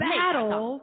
battle